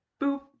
boop